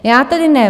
Já tedy ne.